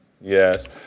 Yes